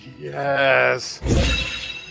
Yes